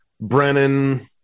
Brennan